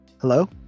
hello